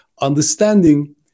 understanding